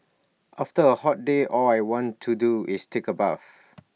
after A hot day all I want to do is take A bath